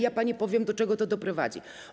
Ja pani powiem, do czego to doprowadzi.